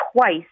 twice